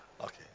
Okay